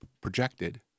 projected